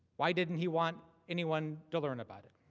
why didn't he want anyone to learn about it?